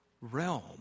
realm